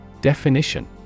Definition